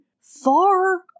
far